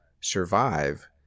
Survive